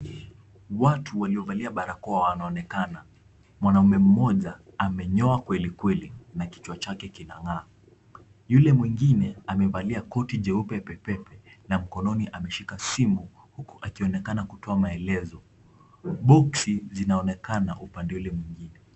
Watu waliovalia barakoa wanaonekana. Mwanaume mmoja amenyoa kwelikweli na kichwa chake kinang'aa, yule mwingine amevalia koti jeupe pepepe na mkononi ameshika simu huku akionekana kutoa maelezo. Boksi zinaonekana upande ule mwingine.